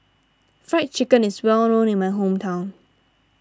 Fried Chicken is well known in my hometown